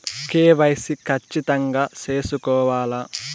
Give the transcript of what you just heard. KYC ఖచ్చితంగా సేసుకోవాలా